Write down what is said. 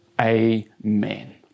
Amen